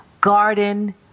garden